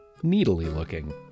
needly-looking